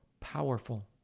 powerful